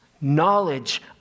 knowledge